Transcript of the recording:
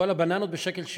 כל הבננות ב-1.7 שקל.